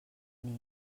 nit